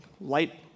light